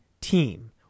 team